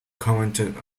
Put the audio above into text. commented